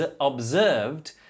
observed